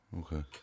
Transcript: okay